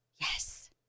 Yes